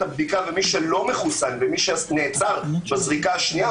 הבדיקה ומי שלא מחוסן ומי שנעצר בזריקה השנייה,